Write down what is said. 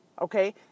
Okay